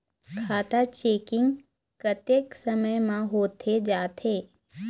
खाता चेकिंग कतेक समय म होथे जाथे?